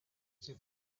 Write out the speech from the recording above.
taip